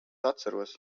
atceros